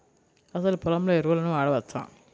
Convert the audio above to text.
అసలు పొలంలో ఎరువులను వాడవచ్చా?